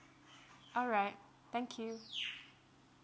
all right thank you